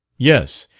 yes.